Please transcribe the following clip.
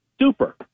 Super